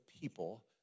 people